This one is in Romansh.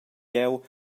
jeu